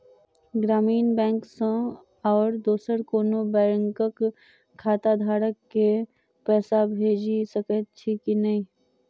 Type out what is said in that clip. ग्रामीण बैंक सँ आओर दोसर कोनो बैंकक खाताधारक केँ पैसा भेजि सकैत छी की नै?